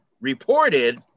reported